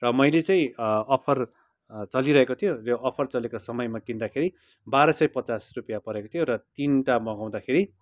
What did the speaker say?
र मैले चाहिँ अफर चलिरहेको थियो यो अफर चलेको समयमा किन्दाखेरि बाह्र सय पचास रुपियाँ परेको थियो र तीनवटा मगाउँदाखेरि